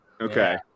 Okay